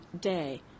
Day